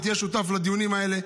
ותהיה שותף לדיונים האלה.